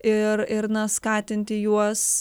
ir ir na skatinti juos